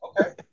Okay